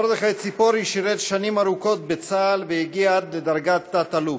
מרדכי ציפורי שירת שנים ארוכות בצה"ל והגיע עד דרגת תת-אלוף.